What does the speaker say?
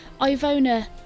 Ivona